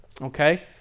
okay